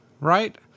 right